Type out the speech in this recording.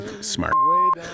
smart